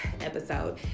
episode